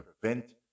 prevent